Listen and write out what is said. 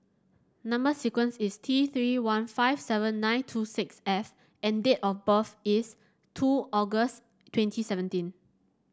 number sequence is T Three one five seven nine two six F and date of birth is two August twenty seventeen